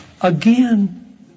again